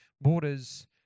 borders